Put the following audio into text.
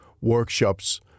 workshops